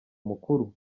umukuru